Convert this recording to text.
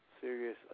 serious